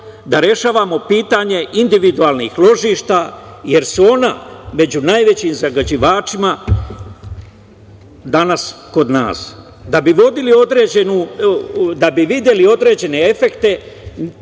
da rešavamo pitanje individualnih ložišta, jer su ona među najvećim zagađivačima danas kod nas. Da bi videli određene efekte,